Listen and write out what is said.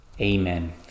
Amen